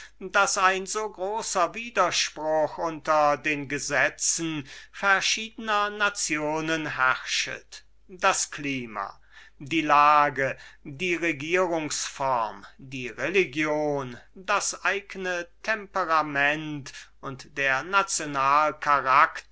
daß ein so großer widerspruch unter den gesetzen verschiedner nationen herrschet das klima die lage die regierungsform die religion das eigne temperament und der